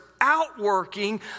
outworking